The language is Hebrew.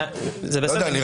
זה בסדר.